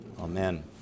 amen